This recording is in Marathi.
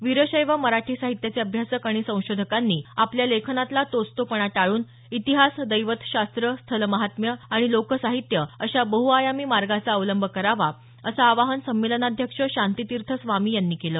वीरशैव मराठी साहित्याचे अभ्यासक आणि संशोधकानी आपल्या लेखनातला तोच तो पणा टाळून इतिहास दैवतशास्त्र स्थलमहात्म्य आणि लोकसाहित्य अशा बहुआयामी मार्गाचा अवलंब करावा असं आवाहन संमेलनाध्यक्ष शांतितीर्थ स्वामी यांनी केलं